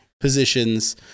positions